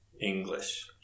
English